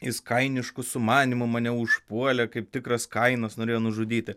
jis kainišku sumanymu mane užpuolė kaip tikras kainas norėjo nužudyti